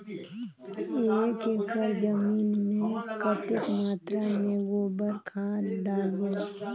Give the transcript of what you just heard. एक एकड़ जमीन मे कतेक मात्रा मे गोबर खाद डालबो?